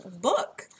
book